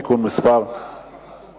זה כבר היה.